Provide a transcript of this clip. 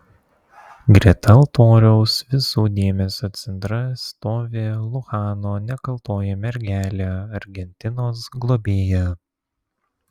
greta altoriaus visų dėmesio centre stovi luchano nekaltoji mergelė argentinos globėja